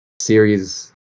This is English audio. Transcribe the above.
series